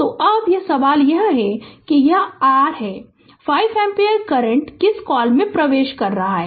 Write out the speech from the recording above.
तो अब सवाल यह है कि यहाँ यह r है 5 एम्पीयर करंट किस कॉल में प्रवेश कर रहा है